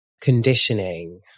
conditioning